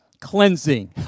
cleansing